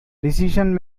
decision